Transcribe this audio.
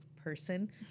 Person